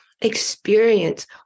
experience